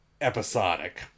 episodic